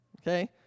okay